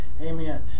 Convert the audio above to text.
Amen